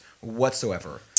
whatsoever